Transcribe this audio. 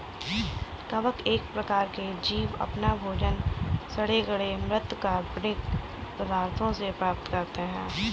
कवक एक प्रकार के जीव अपना भोजन सड़े गले म्रृत कार्बनिक पदार्थों से प्राप्त करते हैं